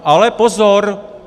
Ale pozor!